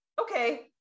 okay